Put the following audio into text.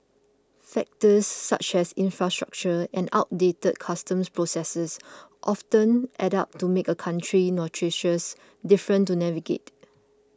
factors such as infrastructure and outdated customs processes often add up to make a country notoriously difficult to navigate